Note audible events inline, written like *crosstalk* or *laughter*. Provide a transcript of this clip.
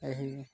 *unintelligible*